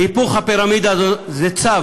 היפוך הפירמידה הזאת זה צו,